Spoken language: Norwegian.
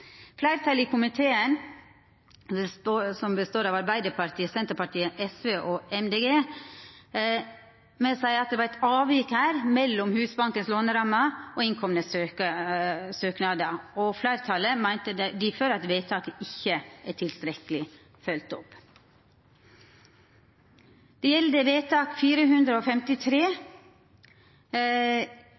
Fleirtalet i komiteen, som består av Arbeidarpartiet, Senterpartiet, SV og Miljøpartiet Dei Grøne, seier at det var eit avvik mellom låneramma til Husbanken og innkomne søknader. Fleirtalet meiner difor at vedtaket ikkje er tilstrekkeleg følgt opp. Det gjeld òg vedtak nr. 453: